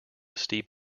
steep